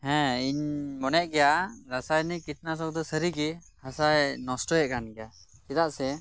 ᱦᱮᱸ ᱤᱧ ᱢᱚᱱᱮᱭᱮᱫ ᱜᱮᱭᱟ ᱨᱟᱥᱟᱭᱤᱱ ᱠᱤᱴᱱᱟᱥᱚᱠ ᱫᱚ ᱥᱟᱹᱨᱤᱜᱤ ᱦᱟᱥᱟᱭ ᱱᱚᱥᱴᱚᱭᱮᱫ ᱠᱟᱱᱜᱮᱭᱟ ᱪᱮᱫᱟᱜ ᱥᱮ